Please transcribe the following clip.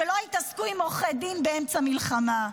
שלא יתעסקו עם עורכי דין באמצע מלחמה.